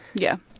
yeah.